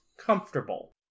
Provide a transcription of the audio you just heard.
comfortable